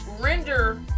render